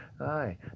Aye